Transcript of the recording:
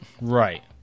Right